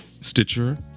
Stitcher